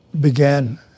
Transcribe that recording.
began